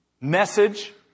message